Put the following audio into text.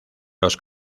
los